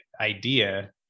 idea